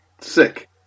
Sick